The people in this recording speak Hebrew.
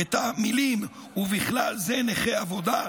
את המילים "ובכלל זה נכה עבודה"